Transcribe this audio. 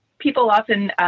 people often